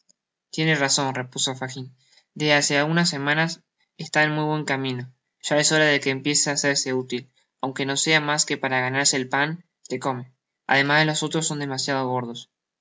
tiene razon repuso fagin desde hace algunas semanas está en muy buen camino ya es hora de que empieze á hacerse útil aun que no sea mas que para ganarse el pan que come además los otros son demasiado gordos